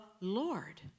Lord